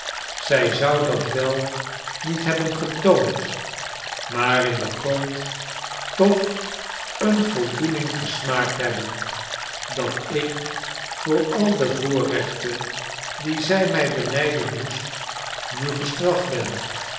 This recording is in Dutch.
zij zou dat wel niet hebben getoond maar in den grond toch een voldoening gesmaakt hebben dat ik voor al de voorrechten die zij mij benijden moest nu gestraft ben